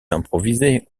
improvisées